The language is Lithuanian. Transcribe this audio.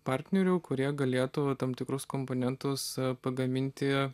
partnerių kurie galėtų tam tikrus komponentus pagaminti